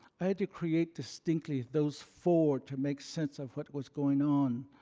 i had to create distinctly those four to make sense of what was going on.